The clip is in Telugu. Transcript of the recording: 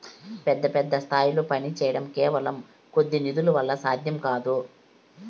పెద్ద పెద్ద స్థాయిల్లో పనిచేయడం కేవలం కొద్ది నిధుల వల్ల సాధ్యం కాదు